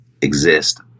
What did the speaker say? exist